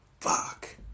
Fuck